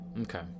Okay